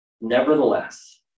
Nevertheless